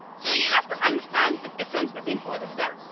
so you'll have to understand the difference between both of them.